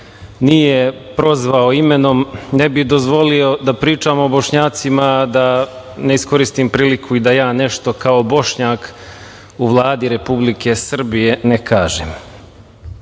nije prozvao imenom, ne bih dozvolio da pričamo o Bošnjacima, a da ne iskoristim priliku da i ja nešto kao Bošnjak u Vladi Republike Srbije ne